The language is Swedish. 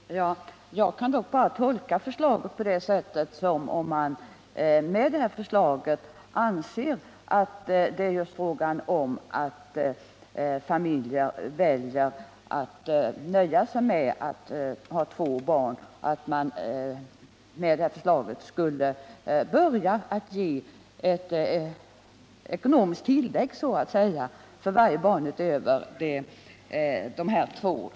Herr talman! Jag kan dock bara tolka förslaget så, att man konstaterar att familjer väljer att nöja sig med två barn och att man då skulle ge så att säga ett ekonomiskt tillägg för varje barn utöver dessa två.